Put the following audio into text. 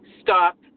stop